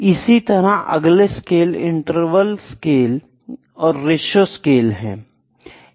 इसी तरह अगला स्केल इंटरवल स्केल और रेशों स्केल है